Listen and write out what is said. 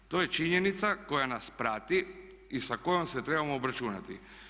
To je činjenica koja nas prati i sa kojom se trebamo obračunati.